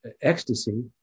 ecstasy